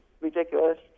ridiculous